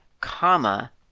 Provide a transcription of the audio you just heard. comma